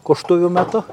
koštuvių metu